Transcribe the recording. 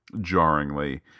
jarringly